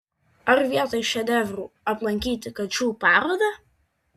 ar vietoj šedevrų aplankyti kačių parodą